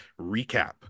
recap